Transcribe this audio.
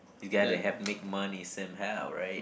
you got to have make money somehow right